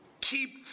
keep